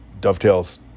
dovetails